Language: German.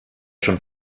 schon